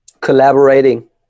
Collaborating